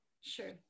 Sure